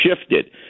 shifted